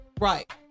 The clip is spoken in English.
Right